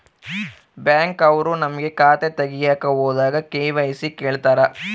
Bank ಅವ್ರು ನಮ್ಗೆ ಖಾತೆ ತಗಿಯಕ್ ಹೋದಾಗ ಕೆ.ವೈ.ಸಿ ಕೇಳ್ತಾರಾ?